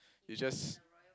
it's just